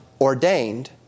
ordained